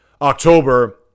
October